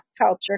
culture